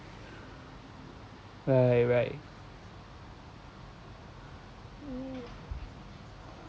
right right mm